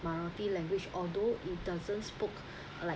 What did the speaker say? minority language although it doesn't spoke like